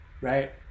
right